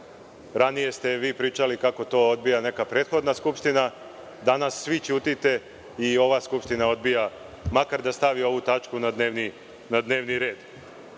Ranije ste pričali kako to odbija neka prethodna skupština. Danas svi ćutite i ova skupština odbija makar da stavi ovu tačku na dnevni red. Kao